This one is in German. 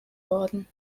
worden